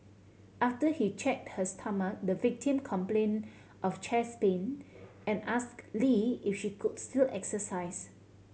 after he check her stomach the victim complain of chest pain and ask Lee if she could still exercise